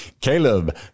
Caleb